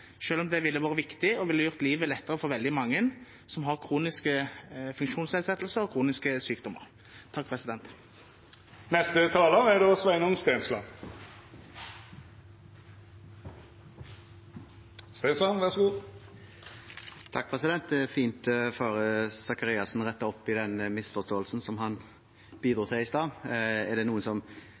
om det ville vært viktig og ville gjort livet lettere for veldig mange som har kroniske funksjonsnedsettelser og kroniske sykdommer. Det er fint at Faret Sakariassen får rettet opp i den misforståelsen som han bidro til i stad. Er det noen som